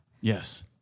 Yes